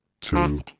Two